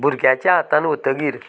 भुरग्याच्या हातांत वतगीर